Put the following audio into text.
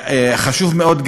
חשוב מאוד,